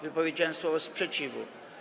Wypowiedziałem słowo: sprzeciwu.